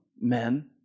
men